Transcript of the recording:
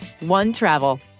OneTravel